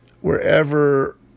wherever